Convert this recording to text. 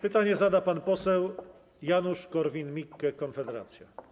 Pytanie zada pan poseł Janusz Korwin-Mikke, Konfederacja.